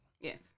Yes